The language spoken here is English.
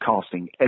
casting